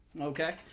Okay